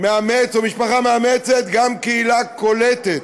מאמץ או משפחה מאמצת אלא גם קהילה קולטת.